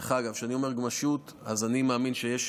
דרך אגב, כשאני אומר גמישות, אני מאמין שיש